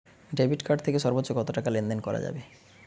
Debit card থেকে সর্বোচ্চ কত টাকা লেনদেন করা যাবে?